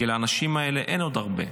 לאנשים האלה אין עוד הרבה.